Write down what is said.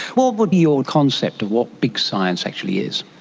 what would be your concept of what big science actually is?